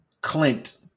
Clint